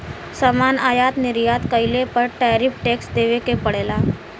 सामान आयात निर्यात कइले पर टैरिफ टैक्स देवे क पड़ेला